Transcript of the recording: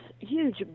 huge